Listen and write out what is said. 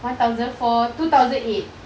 one thousand four two thousand eight